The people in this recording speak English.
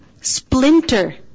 splinter